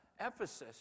ephesus